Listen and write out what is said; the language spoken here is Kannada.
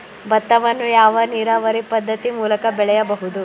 ಭತ್ತವನ್ನು ಯಾವ ನೀರಾವರಿ ಪದ್ಧತಿ ಮೂಲಕ ಬೆಳೆಯಬಹುದು?